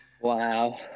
Wow